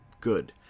good